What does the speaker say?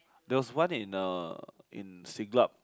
there was one in uh in Siglap